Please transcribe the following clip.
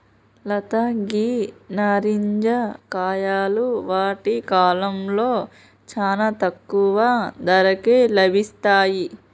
లత గీ నారింజ కాయలు వాటి కాలంలో చానా తక్కువ ధరకే లభిస్తాయి